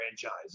franchise